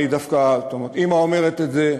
דווקא אימא אומרת את זה,